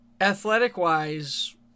athletic-wise